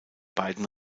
beiden